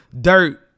dirt